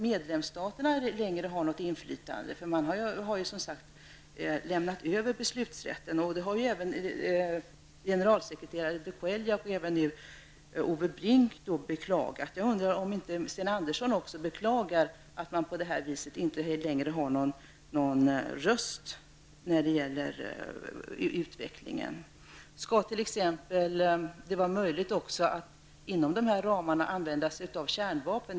Medlemsstaterna har inte längre något inflytande, för man har som sagt lämnat över beslutanderätten. Det har även generalsekreterare de Cuellar, och nu Ove Bring, beklagat. Jag undrar om inte också Sten Andersson beklagar att man på det här sättet inte längre har någon röst när det gäller utvecklingen. Skall det t.ex. vara möjligt att inom de här ramarna använda kärnvapen?